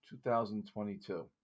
2022